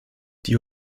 die